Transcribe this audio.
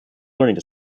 learning